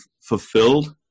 fulfilled